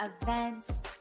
events